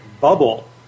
bubble